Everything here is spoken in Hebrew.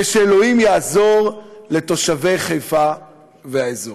ושאלוהים יעזור לתושבי חיפה והאזור.